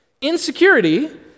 Insecurity